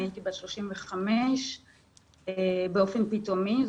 הייתי בת 35. זה קרה